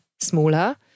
smaller